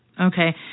Okay